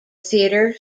theatre